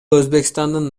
өзбекстандын